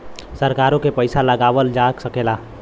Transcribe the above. सरकारों के पइसा लगावल जा सकेला